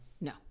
No